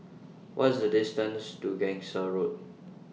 What IS The distances to Gangsa Road